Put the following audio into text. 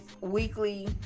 weekly